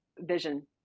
vision